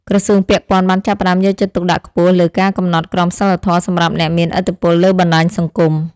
ក្រសួងពាក់ព័ន្ធបានចាប់ផ្តើមយកចិត្តទុកដាក់ខ្ពស់លើការកំណត់ក្រមសីលធម៌សម្រាប់អ្នកមានឥទ្ធិពលលើបណ្តាញសង្គម។